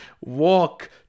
walk